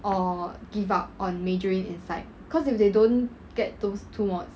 or give up on majoring in psych cause if they don't get those two mods